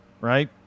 right